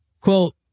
quote